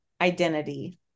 identity